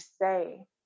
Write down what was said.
say